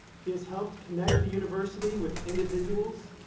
he has helped connect the university with individuals,